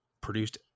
produced